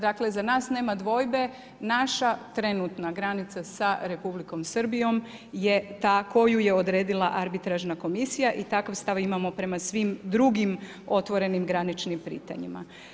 Dakle, za nas nema dvojbe, naša trenutna granica sa Republikom Srbijom je ta koju je odredila arbitražna komisija i takav stav imamo prema svim drugim otvorenim graničnim pitanjima.